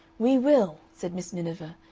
we will, said miss miniver,